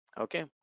okay